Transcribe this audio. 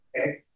okay